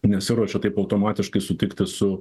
nesiruošia taip automatiškai sutikti su